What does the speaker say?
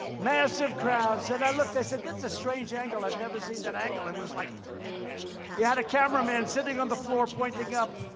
massive crowds. and i looked, i said, that's a strange angle. i've never seen that angle. it was like you had a cameraman sitting on the floor pointing up.